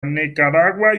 nicaragua